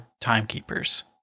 timekeepers